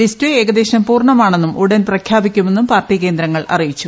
list ഏകദേശം പൂർണമാണെന്നും ഉടൻ പ്രഖ്യാപിക്കുമെന്നും പാർട്ടി കേന്ദ്രങ്ങൾ അറിയിച്ചു